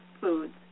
foods